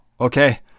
Okay